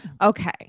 Okay